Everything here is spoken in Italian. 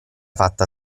fatta